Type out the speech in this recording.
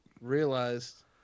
realized